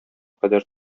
кадәр